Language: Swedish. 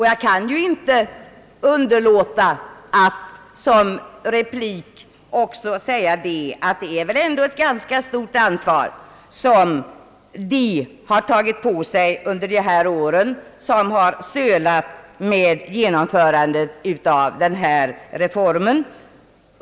Jag kan inte underlåta att också framhålla att det var ett ganska stort ansvar som de tog på sig som under dessa år har sölat med genomförandet av denna reform.